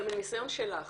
אבל מהניסיון שלך,